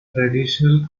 traditional